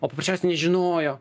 o paprasčiausiai nežinojo